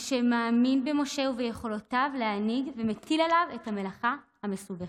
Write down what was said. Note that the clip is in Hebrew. ה' מאמין במשה וביכולותיו להנהיג ומטיל עליו את המלאכה המסובכת.